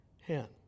hand